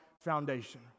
foundation